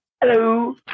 Hello